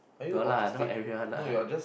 no lah not everyone lah